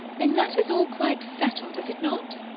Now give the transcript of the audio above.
then that is all quite settled, is it not?